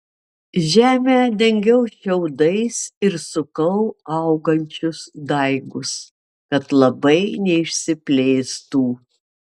žemę dengiau šiaudais ir sukau augančius daigus kad labai neišsiplėstų